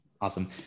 Awesome